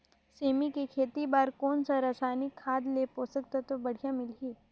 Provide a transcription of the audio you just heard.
सेमी के खेती बार कोन सा रसायनिक खाद ले पोषक तत्व बढ़िया मिलही?